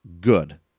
good